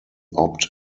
opt